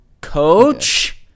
Coach